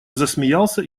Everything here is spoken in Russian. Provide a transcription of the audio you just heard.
засмеялся